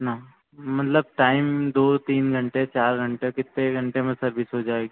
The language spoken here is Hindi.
ना मतलब टाइम दो तीन घंटे चार घंटे कितने घंटे में सर्विस हो जाएगी